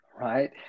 right